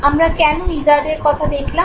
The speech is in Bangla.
আমরা কেন ইজারডের কথা দেখলাম